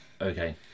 Okay